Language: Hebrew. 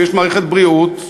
ויש מערכת בריאות,